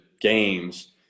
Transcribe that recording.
games